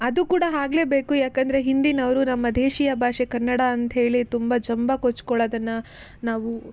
ಅದು ಕೂಡ ಆಗ್ಲೇ ಬೇಕು ಯಾಕಂದರೆ ಹಿಂದಿನವರು ನಮ್ಮ ದೇಶೀಯ ಭಾಷೆ ಕನ್ನಡ ಅಂತ ಹೇಳಿ ತುಂಬ ಜಂಭ ಕೊಚ್ಕೊಳ್ಳೋದನ್ನು ನಾವು